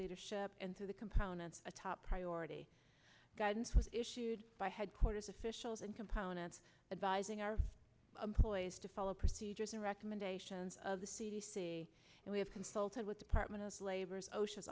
leadership and through the components a top priority guidance was issued by headquarters officials and components advising our employees to follow procedures and recommendations of the c d c and we have consulted with department of labor